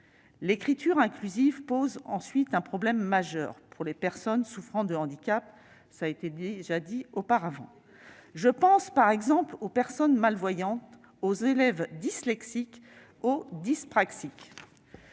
L'écriture inclusive pose ensuite un problème majeur pour les personnes souffrant de handicap, comme cela a déjà été souligné. Je pense, par exemple, aux personnes malvoyantes et aux élèves dyslexiques ou dyspraxiques.